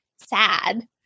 sad